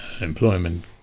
employment